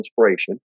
inspiration